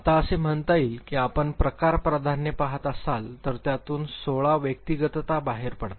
आता असे म्हणता येईल की आपण प्रकार प्राधान्ये पाहत असाल तर त्यातून १६ व्यक्तीगतता बाहेर पडतात